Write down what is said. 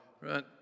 right